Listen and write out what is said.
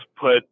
put